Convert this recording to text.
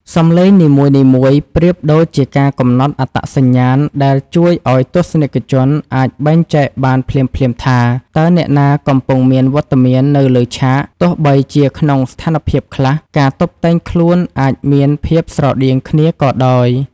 សំឡេងនីមួយៗប្រៀបដូចជាការកំណត់អត្តសញ្ញាណដែលជួយឱ្យទស្សនិកជនអាចបែងចែកបានភ្លាមៗថា តើអ្នកណាកំពុងមានវត្តមាននៅលើឆាក ទោះបីជាក្នុងស្ថានភាពខ្លះ ការតុបតែងខ្លួនអាចមានភាពស្រដៀងគ្នាក៏ដោយ។